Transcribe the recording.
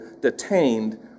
detained